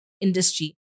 industry